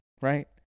right